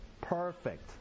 perfect